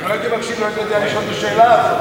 אם לא הייתי מקשיב לא הייתי יודע לשאול את השאלה הזאת.